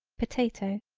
potato.